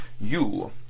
You